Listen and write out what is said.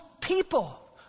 people